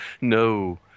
no